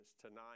tonight